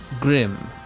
Grim